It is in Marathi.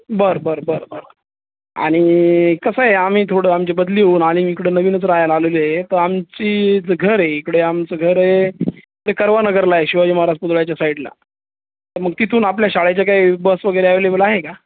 बरं बरं बरं बरं आणि कसं आहे आम्ही थोडं आमची बदली येऊन आणि मग इकडं नवीनच रहायला आलेलो आहे तर आमची घर आहे इकडे आमचं घर ते कर्वानगरला आहे शिवाजी महाराज पुतळ्याच्या साईडला मग तिथून आपल्या शाळेचे काही बस वगैरे ॲवेलेबल आहे का